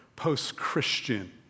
post-Christian